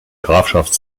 grafschaft